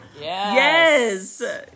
yes